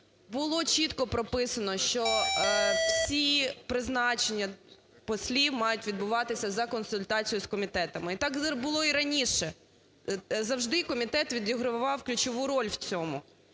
було чітко прописано, що всі призначення послів мають відбуватися за консультацією з комітетами. Так було і раніше, завжди комітет відігравав ключову роль в цьому.